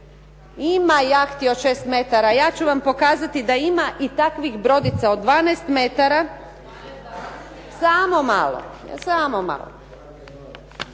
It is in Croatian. Ima jahti od 6 metara, ja ću vam pokazati da ima i takvih brodica od 12 metara. Samo malo.